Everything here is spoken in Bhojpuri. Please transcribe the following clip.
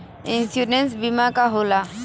इन्शुरन्स बीमा का होला?